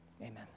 Amen